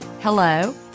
hello